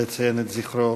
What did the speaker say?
לציין את זכרו